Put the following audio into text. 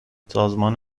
سازمان